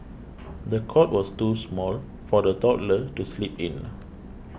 the cot was too small for the toddler to sleep in